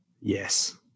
Yes